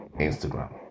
Instagram